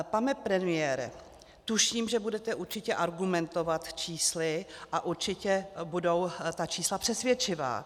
Pane premiére, tuším, že budete určitě argumentovat čísly a určitě budou ta čísla přesvědčivá.